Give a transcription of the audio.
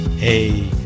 Hey